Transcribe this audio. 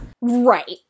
Right